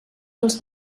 dels